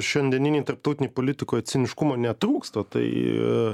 šiandieninėj tarptautinėj politikoj ciniškumo netrūksta tai